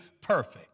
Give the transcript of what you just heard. perfect